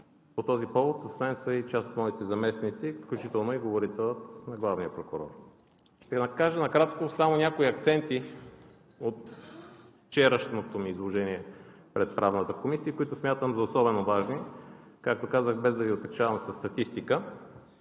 По този повод тук са и част от моите заместници, включително и говорителят на главния прокурор. Ще кажа накратко само някои акценти от вчерашното ми изложение пред Правната комисия, които смятам за особено важни, както казах, без да Ви отегчавам със статистика.